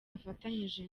afatanyije